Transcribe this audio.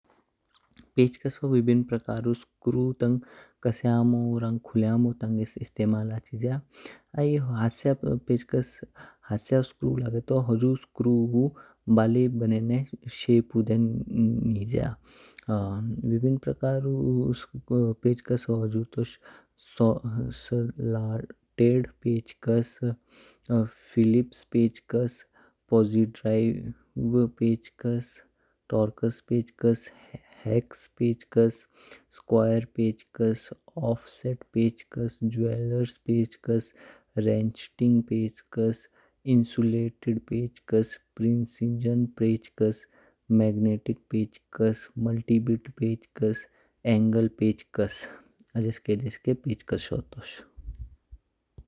पेचकासु विभिन्न प्रकारु स्क्रु तंग कस्यामो रंग खुल्यामो तंगेस इस्तेमाल हचीज्या। आई हत्स्या पेचकास हत्स्या स्क्रु लागेतो हुझु स्क्रु बाले बनेने शपू देन निज्या। विभिनप्रकारु पेचकासो होजो तौश सू सी ला तेद पेचकास, फिलिप्स पेचकास, पोसिट्राइव पेचकास, टॉर्कस पेचकास, हेक्से पेचकास, स्क्वेयर पेचकास, ऑफसेट पेचकास, ज्वेलर्स पेचकास, रेंचिंग पेचकास इन्सुलेटेड पेचकास, प्रिन्सिजन पेचकास, मैग्नेटिक पेचकास, तिबित पेचकास, एंगल पेचकास, हजेके देस्के पेचकासो तोश।